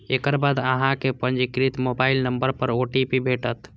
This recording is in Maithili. एकर बाद अहांक पंजीकृत मोबाइल नंबर पर ओ.टी.पी भेटत